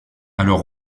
alors